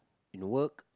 and work